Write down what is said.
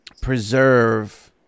preserve